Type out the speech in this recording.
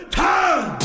time